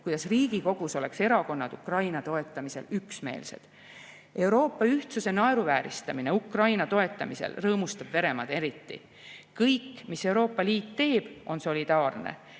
et Riigikogus oleksid erakonnad Ukraina toetamisel üksmeelsed. Euroopa ühtsuse naeruvääristamine Ukraina toetamisel rõõmustab Venemaad eriti. Kõik, mis Euroopa Liit teeb, on solidaarne.